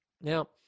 now